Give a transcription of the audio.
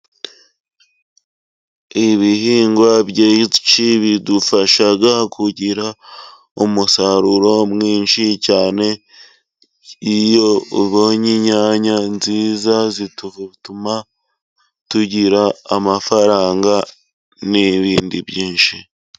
Ibihingwa byinshi bidufasha kugira umusaruro mwinshi cyane. Iyo ubonye inyanya nziza zituma tugira amafaranga n'ibindi byinshi.